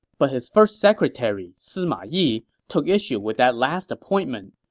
but his first secretary, sima yi, took issue with that last appointment.